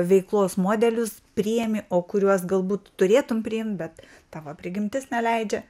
veiklos modelius priėmi o kuriuos galbūt turėtum priimt bet tavo prigimtis neleidžia